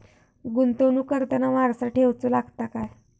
गुंतवणूक करताना वारसा ठेवचो लागता काय?